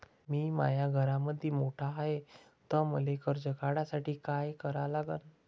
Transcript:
मी माया घरामंदी मोठा हाय त मले कर्ज काढासाठी काय करा लागन?